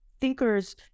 thinkers